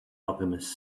alchemist